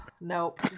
Nope